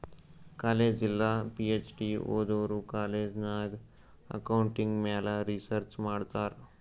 college ಇಲ್ಲ PhD ಓದೋರು college ನಾಗ್ ಅಕೌಂಟಿಂಗ್ ಮ್ಯಾಲ ರಿಸರ್ಚ್ ಮಾಡ್ತಾರ್